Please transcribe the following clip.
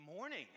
Morning